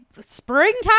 springtime